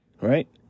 right